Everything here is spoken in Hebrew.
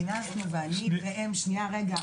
שנייה.